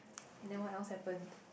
then what else happened